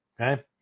Okay